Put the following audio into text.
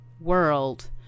world